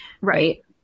Right